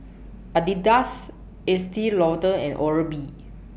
Adidas Estee Lauder and Oral B